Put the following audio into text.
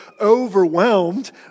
overwhelmed